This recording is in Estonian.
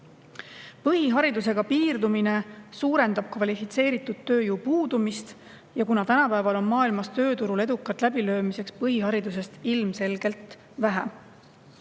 Põhiharidusega piirdumine suurendab kvalifitseeritud tööjõu puudust, tänapäeval on maailmas tööturul edukalt läbilöömiseks põhiharidusest ilmselgelt vähe.